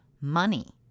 money